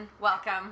welcome